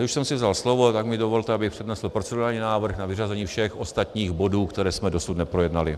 A když už jsem si vzal slovo, tak mi dovolte, abych přednesl procedurální návrh na vyřazení všech ostatních bodů, které jsme dosud neprojednali.